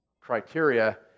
criteria